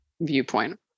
viewpoint